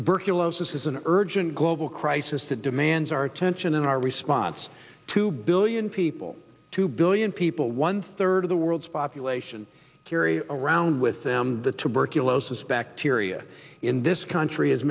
tuberculosis is an urgent global crisis that demands our attention and our response two billion people two billion people one third of the world's population carry around with them the tuberculosis bacteria in this country as